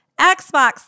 Xbox